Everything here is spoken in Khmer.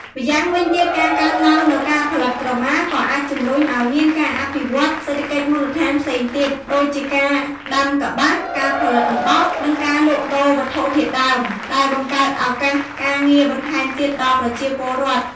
ម្យ៉ាងវិញទៀត ការកើនឡើងនូវការផលិតក្រមា ក៏អាចជំរុញឲ្យមានការអភិវឌ្ឍន៍ សេដ្ឋកិច្ចមូលដ្ឋាន ផ្សេងទៀត ដូចជាការដាំកប្បាស ការផលិតអំបោះ និងការលក់ដូរវត្ថុធាតុដើម ដែលបង្កើតឱកាសការងារបន្ថែមទៀតដល់ប្រជាពលរដ្ឋ។